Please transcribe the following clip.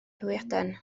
hwyaden